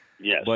Yes